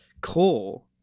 core